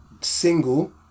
single